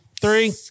three